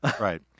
Right